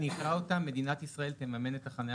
אני אקרא את ההסתייגות: מדינת ישראל תממן את החניה